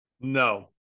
No